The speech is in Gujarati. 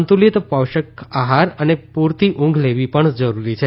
સંતુલિત પૌષક આહાર અને પૂરતી ઉંધ લેવી પણ જરૂરી છે